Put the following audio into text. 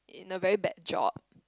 in a very bad job